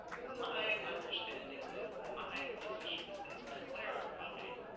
my understanding of my positions is clarified